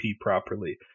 properly